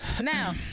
now